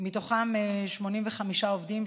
מתוכם 85 עובדים,